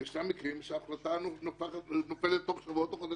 ויש מקרים שההחלטה נופלת בתוך שבועות או חודשים,